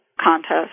contest